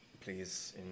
please